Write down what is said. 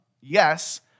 yes